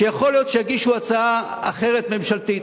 שיכול להיות שיגישו הצעה אחרת, ממשלתית.